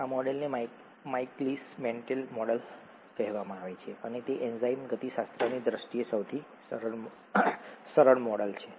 આ મોડેલને Michaelis Menten model કહેવામાં આવે છે અને તે એન્ઝાઇમ ગતિશાસ્ત્રની દ્રષ્ટિએ સૌથી સરળ મોડેલ છે